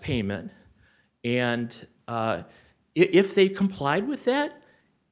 payment and if they complied with that